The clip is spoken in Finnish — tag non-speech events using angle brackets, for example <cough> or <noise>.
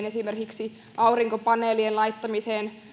<unintelligible> esimerkiksi aurinkopaneelien laittamisessa